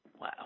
Wow